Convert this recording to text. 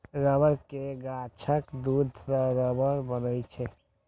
रबड़ के गाछक दूध सं रबड़ बनै छै